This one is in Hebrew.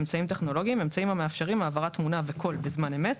"אמצעים טכנולוגיים" אמצעים המאפשרים העברת תמונה וקול בזמן אמת,